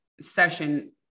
session